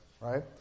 right